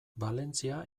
valentzia